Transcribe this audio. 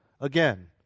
Again